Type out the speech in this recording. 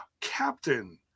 Captain